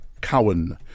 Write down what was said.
Cowan